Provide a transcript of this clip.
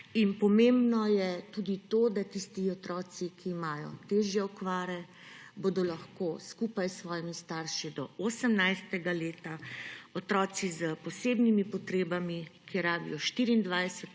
pomembno je tudi to, da bodo tisti otroci, ki imajo težje okvare, lahko skupaj s svojimi starši do 18. leta, z otroki s posebnimi potrebami, ki rabijo